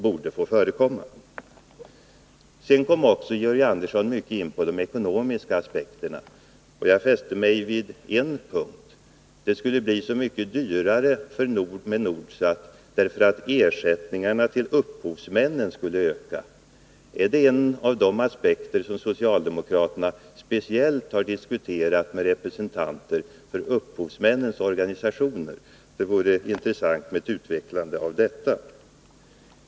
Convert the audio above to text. Sedan kom Georg Andersson också in på de ekonomiska aspekterna. Jag fäste mig vid en punkt. Det skulle bli så mycket dyrare med Nordsat, därför att ersättningarna till upphovsmännen skulle öka. Är detta en av de aspekter som socialdemokraterna speciellt har diskuterat med representanter för upphovsmännens organisationer? Det vore intressant att få detta utvecklat.